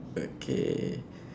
okay